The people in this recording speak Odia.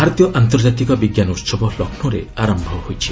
ଭାରତୀୟ ଆନ୍ତର୍କାତିକ ବିଜ୍ଞାନ ଉତ୍ସବ ଲକ୍ଷ୍ନୌରେ ଆରମ୍ଭ ହୋଇଛି